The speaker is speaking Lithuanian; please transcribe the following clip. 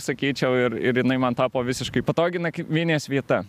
sakyčiau ir ir jinai man tapo visiškai patogi nakvynės vieta